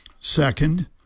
Second